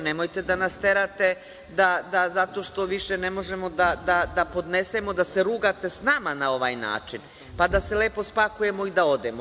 Nemojte da nas terate da zato što više ne možemo da podnesemo da se rugate s nama na ovaj način, pa da se lepo spakujemo i da odemo.